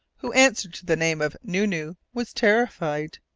who answered to the name of nu-nu, was terrified.